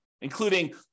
including